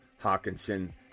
Hawkinson